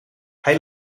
hij